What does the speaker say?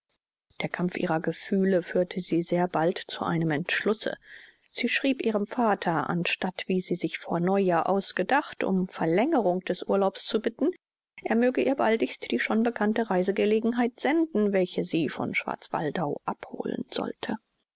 der kampf ihrer gefühle führte sie sehr bald zu einem entschluße sie schrieb ihrem vater anstatt wie sie sich vor neujahr ausgedacht um verlängerung des urlaubs zu bitten er möge ihr baldigst die schon bekannte reisegelegenheit senden welche sie von schwarzwaldau abholen sollte